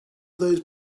those